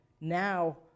now